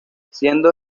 siendo